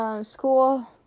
school